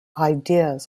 ideas